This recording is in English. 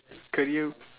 career